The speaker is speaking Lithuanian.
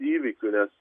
įvykių nes